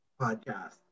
podcast